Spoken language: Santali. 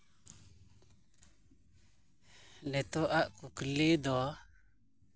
ᱱᱤᱛᱳᱜ ᱟᱜ ᱠᱩᱠᱞᱤ ᱫᱚ